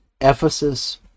Ephesus